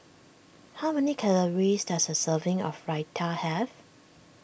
how many calories does a serving of Raita have